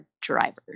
drivers